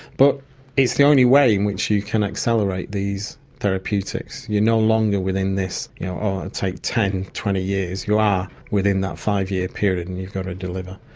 but it's the only way in which you can accelerate these therapeutics. you're no longer within this, you know, i'll take ten, twenty years, you are within that five-year period and you've got to deliver.